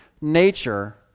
nature